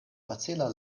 facila